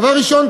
דבר ראשון,